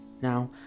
Now